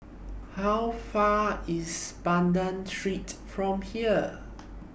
How Far IS Banda Street from here